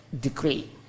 decree